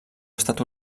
estat